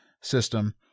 system